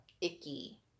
icky